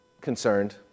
concerned